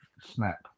snap